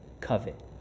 covet